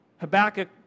Habakkuk